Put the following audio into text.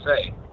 say